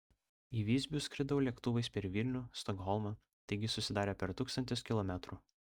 į visbių skridau lėktuvais per vilnių stokholmą taigi susidarė per tūkstantis kilometrų